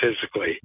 physically